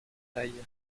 taille